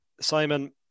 Simon